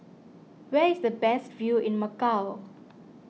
where is the best view in Macau